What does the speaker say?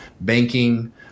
banking